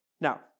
Now